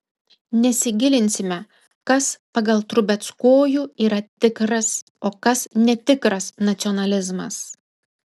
nesigilinsime kas pagal trubeckojų yra tikras o kas netikras nacionalizmas